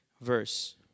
verse